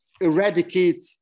eradicate